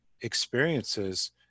experiences